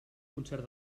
concert